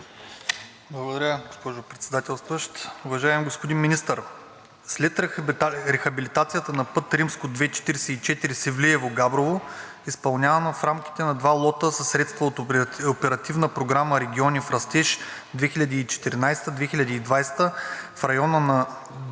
Благодаря, госпожо Председателстващ. Уважаеми господин Министър, след рехабилитацията на път II-44 Севлиево – Габрово, изпълнявана в рамките на два лота със средства от Оперативна програма „Региони в растеж“ 2014 – 2020 г., в района на 20,2